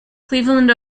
cleveland